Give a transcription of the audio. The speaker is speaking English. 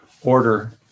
order